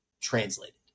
translated